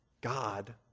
God